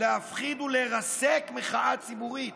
להפחיד ולרסק מחאה ציבורית.